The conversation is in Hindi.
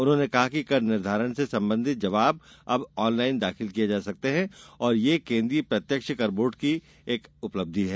उन्होंने कहा कि कर निर्धारण से संबंधित जवाब अब ऑनलाइन दाखिल किए जा सकते हैं और यह केन्द्रीय प्रत्यक्ष कर बोर्ड की उपलब्धि है